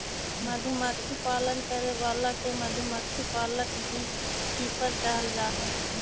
मधुमक्खी पालन करे वाला के मधुमक्खी पालक बी कीपर कहल जा हइ